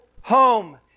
home